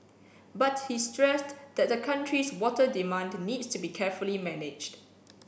but he stressed that the country's water demand needs to be carefully managed